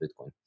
Bitcoin